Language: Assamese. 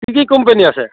কি কি কোম্পেনি আছে